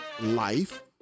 life